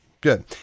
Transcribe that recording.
good